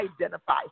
identify